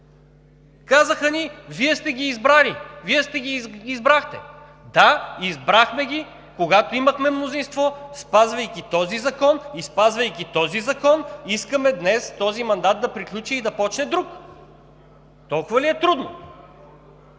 Казах ни: „Вие сте ги избрали, Вие ги избрахте“. Да, избрахме ги, когато имахме мнозинство, спазвайки този закон и спазвайки този закон искаме днес този мандат да приключи и да започне друг. Толкова ли е трудно?!